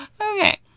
Okay